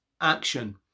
action